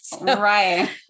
Right